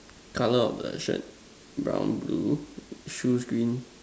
colour of the shirt brown blue shoes green